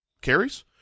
carries